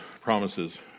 promises